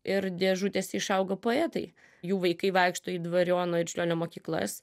ir dėžutės išaugo poetai jų vaikai vaikšto į dvariono ir čiurlionio mokyklas